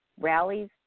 rallies